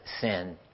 sin